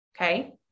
Okay